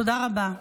תודה רבה.